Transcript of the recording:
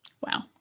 Wow